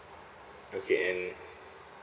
okay and